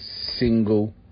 single